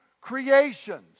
creations